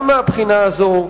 גם מהבחינה הזאת,